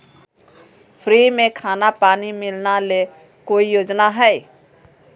Free में खाना पानी मिलना ले कोइ योजना हय?